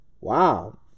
Wow